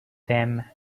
them